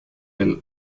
del